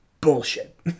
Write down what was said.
bullshit